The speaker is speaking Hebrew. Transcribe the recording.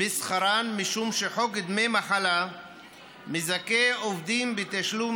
משום שחוק דמי מחלה מזכה עובדים בתשלום